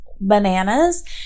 bananas